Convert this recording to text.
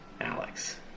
Alex